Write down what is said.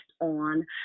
on